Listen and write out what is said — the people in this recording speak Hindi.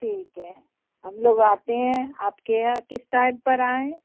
ठीक है हम लोग आते हैं आपके यहाँ किस टाइम पर आएँ